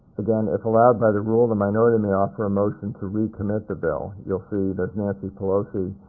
again, if allowed by the rule, the minority may offer a motion to recommit the bill. you'll see there's nancy pelosi.